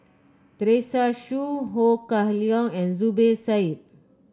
Teresa Hsu Ho Kah Leong and Zubir Said